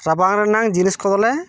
ᱨᱟᱵᱟᱝ ᱨᱮᱱᱟᱝ ᱡᱤᱱᱤᱥ ᱠᱚᱦᱚᱸᱞᱮ